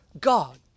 God